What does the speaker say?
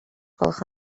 gwelwch